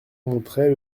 montrait